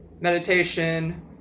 meditation